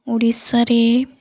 ଓଡ଼ିଶାରେ